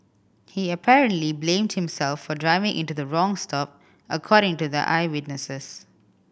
he apparently blamed himself for driving into the wrong stop according to the eyewitnesses